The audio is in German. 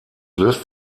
löst